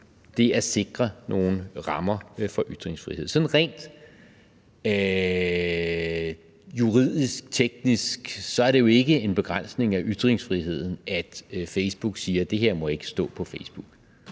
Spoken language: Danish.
det at sikre nogle rammer for ytringsfrihed. Sådan rent juridisk, teknisk er det jo ikke en begrænsning af ytringsfriheden, at Facebook siger, at det her ikke må stå på Facebook,